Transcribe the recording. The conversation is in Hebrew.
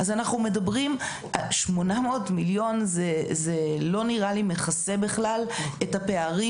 לא נראה לי ש-800 מיליון בכלל מכסים את הפערים